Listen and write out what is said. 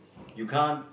you can't